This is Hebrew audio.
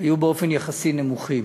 היה באופן יחסי נמוך.